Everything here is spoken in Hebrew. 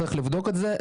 צריך לבדוק את זה.